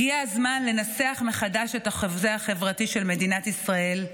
הגיע הזמן לנסח מחדש את החוזה החברתי של מדינת ישראל,